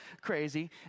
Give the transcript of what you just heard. crazy